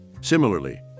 similarly